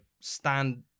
stand